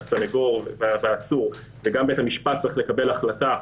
שהסנגור והעצור וגם בית המשפט צריך לקבל החלטה,